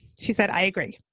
she said, i agree.